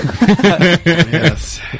Yes